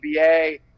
NBA